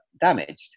damaged